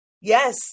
Yes